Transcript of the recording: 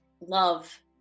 love